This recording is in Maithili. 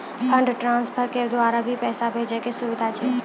फंड ट्रांसफर के द्वारा भी पैसा भेजै के सुविधा छै?